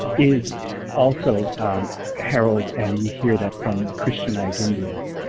is also held and you hear that from christianized indians.